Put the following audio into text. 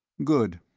good.